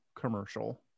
commercial